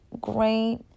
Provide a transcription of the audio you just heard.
great